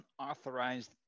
Unauthorized